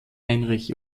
heinrich